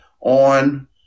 on